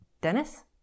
Dennis